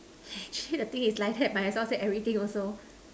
actually the thing is like that might as well say everything also